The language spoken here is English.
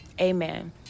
amen